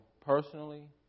personally